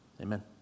Amen